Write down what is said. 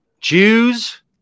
Jews